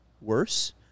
worse